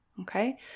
Okay